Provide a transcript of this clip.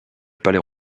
palais